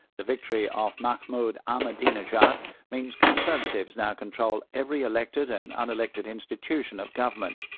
the victory of mahmoud ahmadinejad means conservatives now control every elected and unelected institution of government.